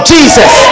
Jesus